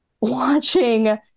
watching